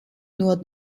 nur